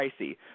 pricey